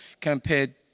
compared